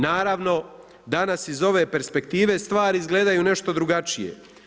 Naravno, danas iz ove perspektive stvari izgledaju nešto drugačije.